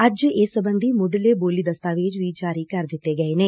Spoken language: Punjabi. ਅੱਜ ਇਸ ਸਬੰਧੀ ਮੁੱਢਲੇ ਬੋਲੀ ਦਸਤਾਵੇਜ਼ ਵੀ ਜਾਰੀ ਕਰ ਦਿੱਤੇ ਗਏ ਨੇ